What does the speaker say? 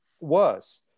worse